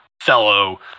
fellow